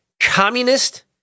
Communist